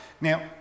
Now